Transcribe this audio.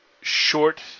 short